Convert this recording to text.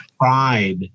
pride